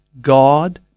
God